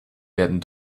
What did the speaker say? werden